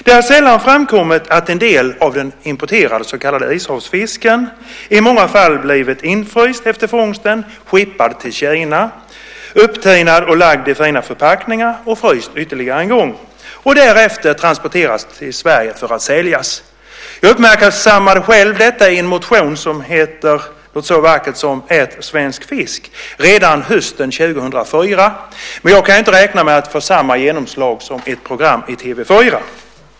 Det har sällan framkommit att en del av den importerade så kallade ishavsfisken i många fall blivit infryst efter fångsten, skeppad till Kina, upptinad och lagd i fina förpackningar, fryst ytterligare en gång och därefter transporterad till Sverige för att säljas. Jag uppmärksammade själv detta i en motion som heter något så vackert som Ät svensk fisk, redan hösten 2004. Jag kan ju inte räkna med att få samma genomslag som ett program i TV 4.